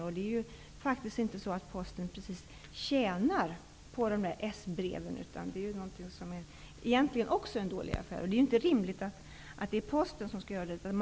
Faktum är ju att Posten inte precis tjänar på S breven, utan de är egentligen också en dålig affär. Det är inte rimligt att Posten skall ta på sig kostnaderna i det här fallet.